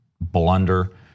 blunder